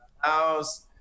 house